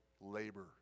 labor